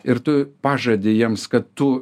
ir tu pažadi jiems kad tu